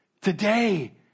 Today